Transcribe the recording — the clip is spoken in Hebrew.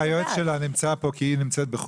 היועץ שלה נמצא פה כי היא בחו"ל.